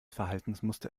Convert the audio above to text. verhaltensmuster